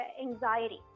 anxiety